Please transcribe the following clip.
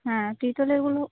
হ্যাঁ পিতলেরগুলো